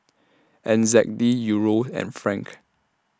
N Z D Euro and Franc